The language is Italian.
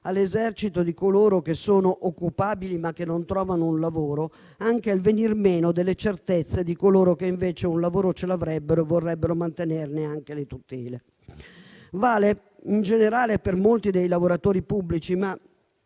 all'esercito di coloro che sono occupabili, ma che non trovano un lavoro, anche il venir meno delle certezze di coloro che invece un lavoro ce l'avrebbero e vorrebbero mantenerne le tutele. Vale, in generale, per molti dei lavoratori pubblici. Ma